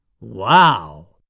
Wow